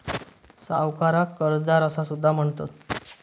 सावकाराक कर्जदार असा सुद्धा म्हणतत